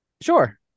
Sure